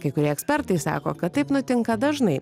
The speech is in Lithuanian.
kai kurie ekspertai sako kad taip nutinka dažnai